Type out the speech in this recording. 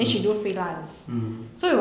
mm mm